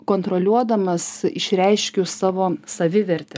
kontroliuodamas išreiškiu savo savivertę